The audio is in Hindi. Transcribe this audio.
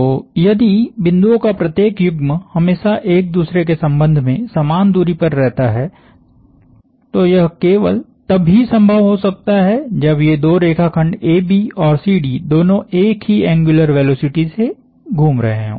तो यदि बिंदुओं का प्रत्येक युग्म हमेशा एक दूसरे के संबंध में समान दूरी पर रहता है तो यह केवल तब ही संभव हो सकता है जब ये दो रेखाखंड AB और CD दोनों एक ही एंग्युलर वेलोसिटी से घूम रहे हों